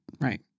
right